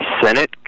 Senate